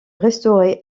restaurée